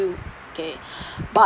you okay but